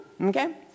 okay